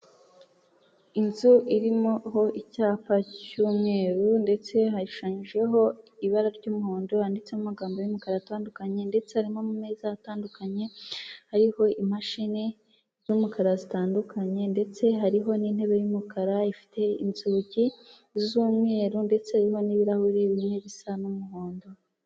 Inzu irimo ho icyapa cy'umweru ndetse hashushanyijeho ibara ry'umuhondo handitseho amagambo y'umukara atandukanye, ndetse harimo amameza atandukanye ariho imashini z'umukara zitandukanye, ndetse hariho n'intebe y'umukara ifite inzugi z'umweru ndetse irimo n'ibirahure bimwe bisa n'umuhondo.